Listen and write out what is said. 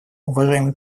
уважаемый